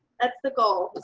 that's the goal